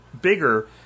bigger